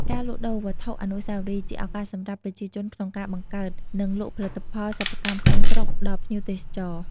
ការលក់ដូរវត្ថុអនុស្សាវរីយ៍ ជាឱកាសសម្រាប់ ប្រជាជនក្នុងការបង្កើត និងលក់ផលិតផលសិប្បកម្មក្នុងស្រុក ដល់ភ្ញៀវទេសចរ។